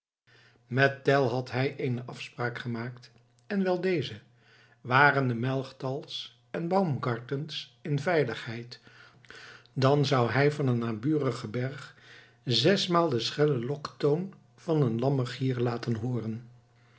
met tell had hij eene afspraak gemaakt en wel deze waren de melchtal's en baumgarten's in veiligheid dan zou hij van een naburigen berg zesmaal den schellen loktoon van den lammergier laten hooren